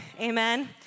Amen